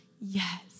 yes